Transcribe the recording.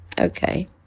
Okay